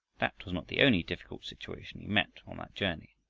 that was not the only difficult situation he met on that journey.